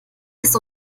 ist